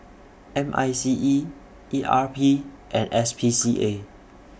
M I C E E R P and S P C A